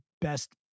best